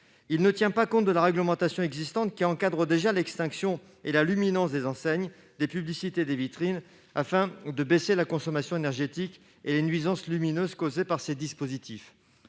Il ne tient pas compte de la réglementation existante qui encadre déjà l'extinction et la luminance des enseignes, des publicités et des vitrines, afin de baisser la consommation énergétique et les nuisances lumineuses causées par ces dispositifs.